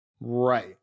Right